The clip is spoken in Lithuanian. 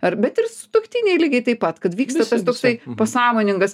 ar bet ir sutuoktiniai lygiai taip pat kad vykstas tas toksai pasąmoningas